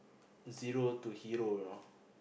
zero to hero you know